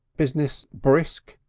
business brisk?